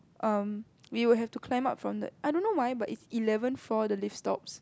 um we would have to climb up from the I don't know why but is eleven floor the lift stops